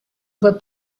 voit